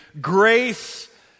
grace